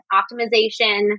optimization